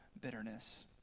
bitterness